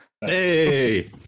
Hey